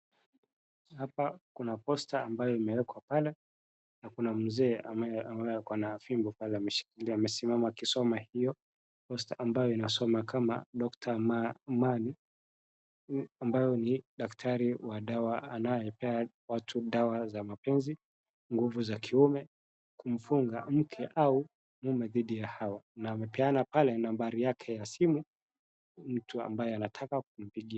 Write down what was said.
Hapa kuna posta ambayo imewekwa pale na kuna mzee ambaye ako na fimbo pale ameshikilia amesimama akisoma hio posta ambayo inasoma kama Dokta Mani ambayo ni daktari wa dawa anayepea watu dawa za mapenzi, nguvu za kiume, kumfunga mke au mume dhidi hawa. Na amepeana pale nambari yake ya simu ili mtu ambaye anataka kumpigia.